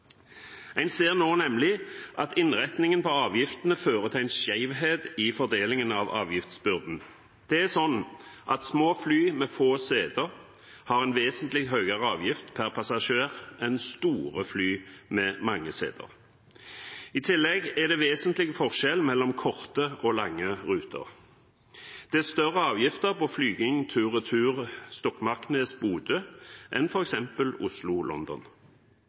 En ser nå nemlig at innretningen på avgiftene fører til en skjevhet i fordelingen av avgiftsbyrden. Det er slik at små fly med få seter har en vesentlig høyere avgift per passasjer enn store fly med mange seter. I tillegg er det en vesentlig forskjell mellom korte og lange ruter. Det er større avgifter på flygninger tur–retur Stokmarknes–Bodø enn